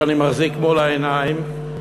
שאני מחזיק מול העיניים,